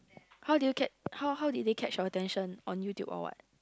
how do you catch how how did they catch your attention on YouTube or what